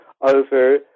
over